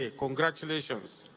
ah congratulations.